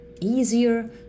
easier